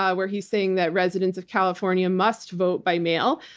ah where he's saying that residents of california must vote by mail.